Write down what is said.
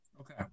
Okay